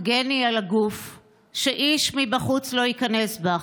הגני על הגוף / שאיש מבחוץ לא ייכנס בך.